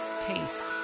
taste